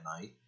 night